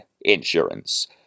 insurance